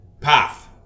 path